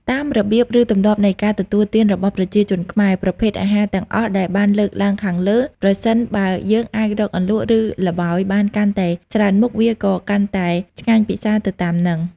តាមរបៀបឬទម្លាប់នៃការទទួលទានរបស់ប្រជាជនខ្មែរ ប្រភេទអាហារទាំងអស់ដែលបានលើកឡើងខាងលើ ប្រសិនបើយើងអាចរកអន្លក់ ឬល្បោយបានកាន់តែច្រើមុខ វាក៏កាន់តែឆ្ងាញ់ពិសាទៅតាមហ្នឹង។